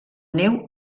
neu